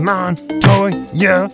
Montoya